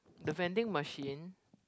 the vending machine